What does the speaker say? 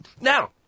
now